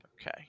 okay